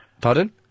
Pardon